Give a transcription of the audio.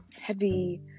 heavy